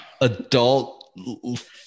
adult